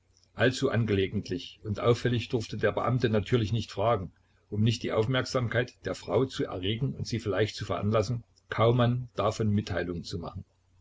allzu angelegentlich und auffällig durfte der beamte natürlich nicht fragen um nicht die aufmerksamkeit der frau zu erregen und sie vielleicht zu veranlassen kaumann davon mitteilung zu machen